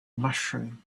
mushroom